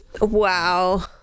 wow